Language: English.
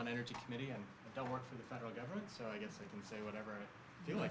on energy committee and i don't work for the federal government so i guess you can say whatever you